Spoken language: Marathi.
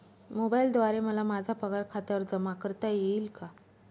मोबाईलद्वारे मला माझा पगार खात्यावर जमा करता येईल का?